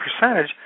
percentage